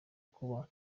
kuba